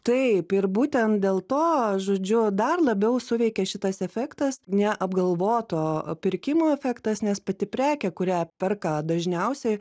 taip ir būtent dėl to žodžiu dar labiau suveikia šitas efektas neapgalvoto pirkimo efektas nes pati prekė kurią perka dažniausiai